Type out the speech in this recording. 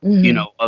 you know, ah